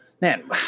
man